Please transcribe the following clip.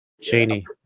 Cheney